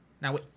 Now